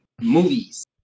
Movies